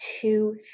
two